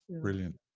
Brilliant